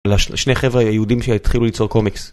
לשני חבר'ה היהודים שהתחילו ליצור קומיקס